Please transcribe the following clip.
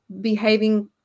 behaving